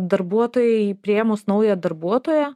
darbuotojai priėmus naują darbuotoją